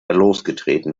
losgetreten